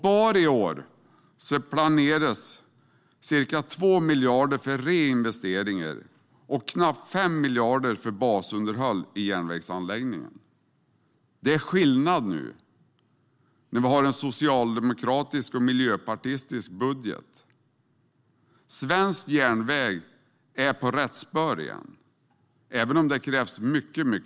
Bara i år planeras ca 2 miljarder för reinvesteringar och knappt 5 miljarder för basunderhåll i järnvägsanläggningen. Det är skillnad nu när vi har en socialdemokratisk och miljöpartistisk budget. Svensk järnväg är på rätt spår igen, även om det krävs mycket mer.